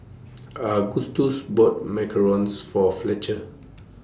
Agustus bought Macarons For Fletcher